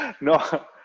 No